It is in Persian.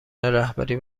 رهبری